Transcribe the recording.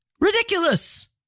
ridiculous